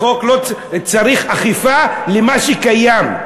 צריך אכיפה של מה שקיים.